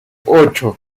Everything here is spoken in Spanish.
ocho